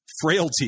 frailty